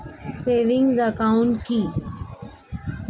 Savings account কি?